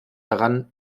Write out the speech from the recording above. daran